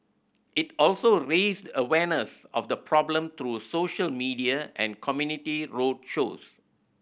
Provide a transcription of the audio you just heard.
it also raised awareness of the problem through social media and community road shows